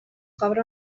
cobra